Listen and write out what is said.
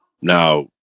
Now